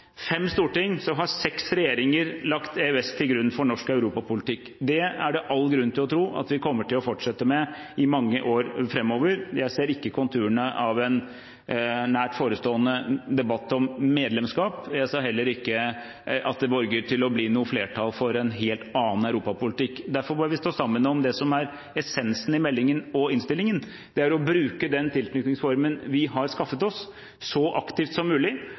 fem storting har seks regjeringer lagt EØS til grunn for norsk europapolitikk. Det er det all grunn til å tro at vi kommer til å fortsette med i mange år framover. Jeg ser ikke konturene av en nær forestående debatt om medlemskap. Jeg ser heller ikke at det borger for å bli noe flertall for en helt annen europapolitikk. Derfor må vi stå sammen om det som er essensen i meldingen og innstillingen: å bruke den tilknytningsformen vi har skaffet oss, så aktivt som mulig,